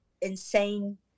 insane